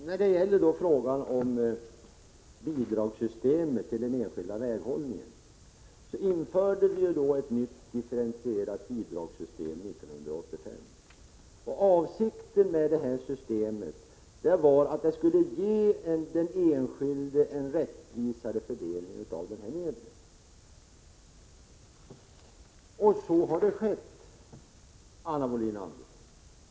Herr talman! Vad beträffar bidrag till den enskilda väghållningen införde vi ett nytt, differentierat bidragssystem 1985, och avsikten med detta system var att det skulle ge den enskilde en rättvisare fördelning av medlen. Och så har det skett, Anna Wohlin-Andersson.